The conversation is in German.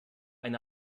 eine